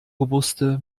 robuste